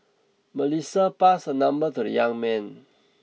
Melissa passed her number to the young man